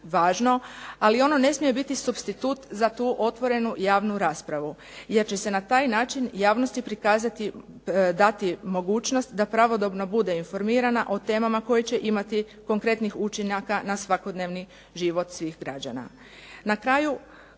ali one ne smije biti supstitut za tu otvorenu javnu raspravu. Jer će se na taj način javnosti prikazati dati mogućnost da pravodobno bude informirana o temama koje će imati konkretnih učinaka na svakodnevni život svih građana.